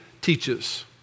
teaches